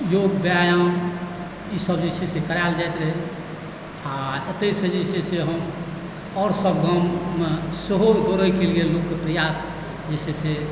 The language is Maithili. योग व्यायाम ई सब जे छै से करायल जाइत रहै आओर ओतयसँ जे छै से हम आर सब गाममे सेहो दौड़ैके लिअ लोकके प्रयास जे छै से